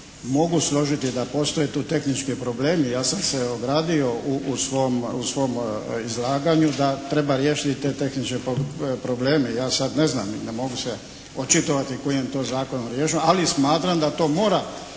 mogu složiti da postoje tu tehnički problemi. Ja sam se ogradio u svom izlaganju da treba riješiti te tehničke probleme. Ja sad ne znam i ne mogu se očitovati kojim je to zakonom riješeno. Ali smatram da to mora